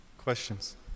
Questions